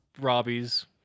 Robbie's